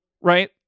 right